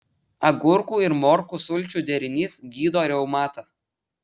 agurkų ir morkų sulčių derinys gydo reumatą